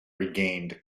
regained